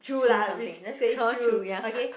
through something that's trawl through ya